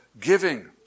giving